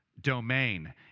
domain